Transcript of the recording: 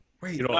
Wait